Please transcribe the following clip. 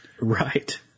Right